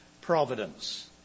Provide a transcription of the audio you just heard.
providence